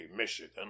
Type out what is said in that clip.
Michigan